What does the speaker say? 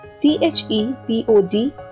T-H-E-P-O-D